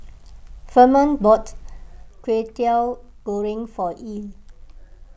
Furman bought Kwetiau Goreng for Ely